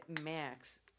Max